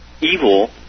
evil